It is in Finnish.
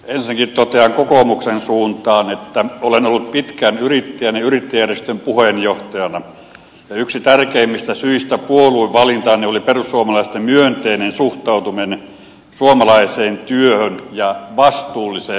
ensinnäkin totean kokoomuksen suuntaan että olen ollut pitkään yrittäjänä yrittäjäjärjestön puheenjohtajana ja yksi tärkeimmistä syistä puoluevalintaani oli perussuomalaisten myönteinen suhtautuminen suomalaiseen työhön ja vastuulliseen yrittäjyyteen